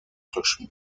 clocher